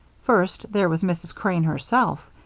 first, there was mrs. crane herself,